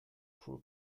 fool